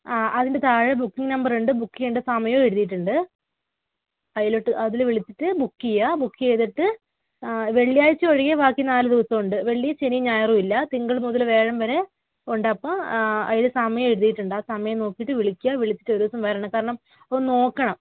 ആ അതിൻറ്റെ താഴെ ബുക്കിങ് നമ്പറുണ്ട് ബുക്ക് ചെയ്യേണ്ട സമയവും എഴുതിയിട്ടുണ്ട് അതിലേക്ക് അതില് വിളിച്ചിട്ട് ബുക്ക് ചെയ്യുക ബുക്ക് ചെയ്തിട്ട് വെളളിയാഴ്ചയൊഴികെ ബാക്കി നാല് ദിവസവുമുണ്ട് വെള്ളി ശനി ഞായറുമില്ല തിങ്കള് മുതല് വ്യാഴം വരെയുണ്ട് അപ്പോള് അതില് സമയം എഴുതിയിട്ടുണ്ട് ആ സമയം നോക്കിയിട്ട് വിളിക്കുക വിളിച്ചിട്ടൊരു ദിവസം വരണം കാരണം ഒന്ന് നോക്കണം